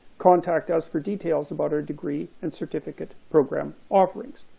contact us for details about our degree and certificate program offerings.